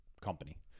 company